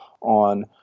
on